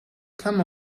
come